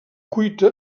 cuita